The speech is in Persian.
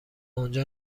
اونجا